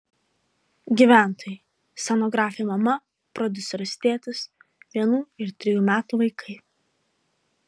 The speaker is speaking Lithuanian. gyventojai scenografė mama prodiuseris tėtis vienų ir trejų metų vaikai